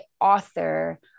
author